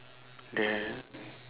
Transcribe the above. then